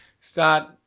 Start